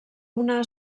una